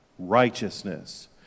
righteousness